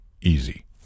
easy